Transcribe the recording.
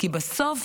כי בסוף,